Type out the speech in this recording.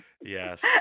Yes